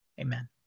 Amen